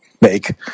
make